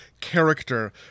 character